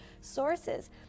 sources